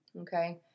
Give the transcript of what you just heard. Okay